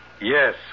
Yes